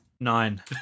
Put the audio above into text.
Nine